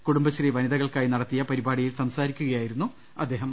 കുടുംബശ്രീ വനിത കൾക്കായി നടത്തിയ പരിപാടിയിൽ സ്ത്രസാരിക്കുയായിരുന്നു അദ്ദേഹം